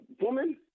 Woman